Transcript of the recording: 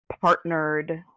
partnered